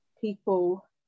people